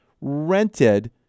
rented